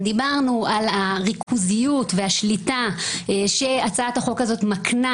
דיברנו על הריכוזיות והשליטה שהצעת החוק הזאת מקנה